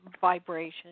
vibration